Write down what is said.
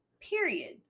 period